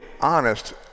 honest